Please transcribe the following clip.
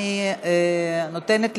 אני נותנת,